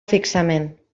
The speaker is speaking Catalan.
fixament